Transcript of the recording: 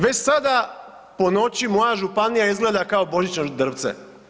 Već sada po noći moja županija izgleda kao božićno drvce.